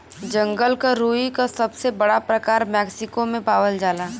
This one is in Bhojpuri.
जंगल क रुई क सबसे बड़ा प्रकार मैक्सिको में पावल जाला